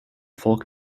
folk